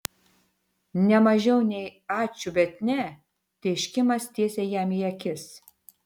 ne mažiau nei ačiū bet ne tėškimas tiesiai jam į akis